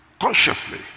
consciously